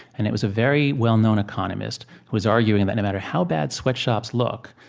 and it was a very well-known economist who was arguing that no matter how bad sweatshops look,